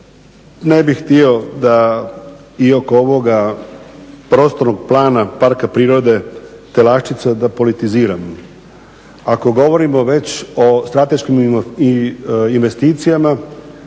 ne bih htio da i oko ovoga prostornog plana Parka prirode Telašćica da politiziramo. Ako govorimo već o strateškim investicijama,